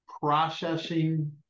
processing